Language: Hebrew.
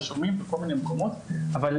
רשומים בכל מיני מקומות עם ברושורים,